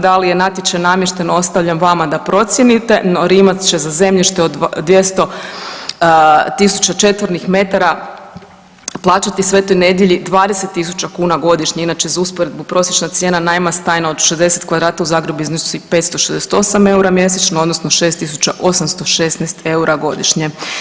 Da li natječaj namještaj ostavljam vama da procijenite, no Rimac će za zemljište od 200.000 četvornih metara plaćati Svetoj Nedelji 20.000 kuna godišnje, inače za usporedbu prosječna cijena najma stana od 60 kvadrata u Zagrebu iznosi 568 EUR-a mjesečno odnosno 6.816 EUR-a godišnje.